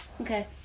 okay